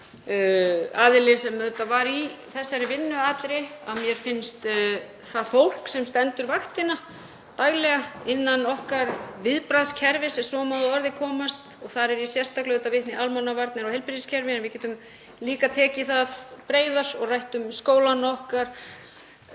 aðili sem auðvitað var í þessari vinnu allri. Mér finnst það fólk sem stendur vaktina daglega innan okkar viðbragðskerfis, ef svo má að orði komast, og þar er ég sérstaklega að vitna í almannavarnir og heilbrigðiskerfi en við getum líka tekið það breiðar og rætt um skólana okkar,